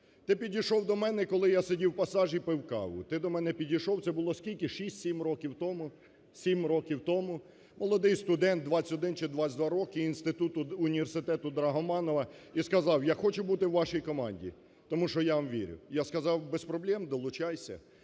Ти підійшов до мене, коли я сидів в Пасажі і пив каву, ти до мене підійшов… Це було скільки, 6-7 років тому? 7 років тому. Молодий студент, 21 чи 22 роки, інституту, університету Драгоманова і сказав, я хочу бути у вашій команді, тому що я вам вірю, я сказав, без проблем, долучайся.